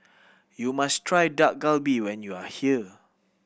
you must try Dak Galbi when you are here